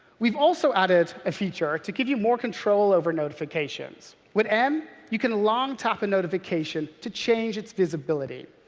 we've also added a feature to give you more control over notifications. with n, you can long-tap a notification to change its visibility.